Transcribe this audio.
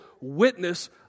witness